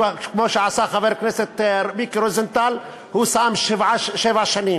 כמו שעשה חבר הכנסת מיקי רוזנטל הוא שם שבע שנים.